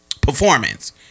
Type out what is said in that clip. performance